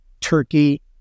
Turkey